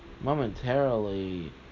momentarily